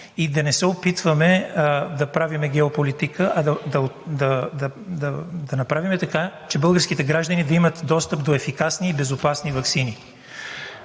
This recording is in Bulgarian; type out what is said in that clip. и да не се опитваме да правим геополитика, а да направим така, че българските граждани да имат достъп до ефикасни и безопасни ваксини.